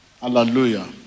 Hallelujah